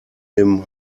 dem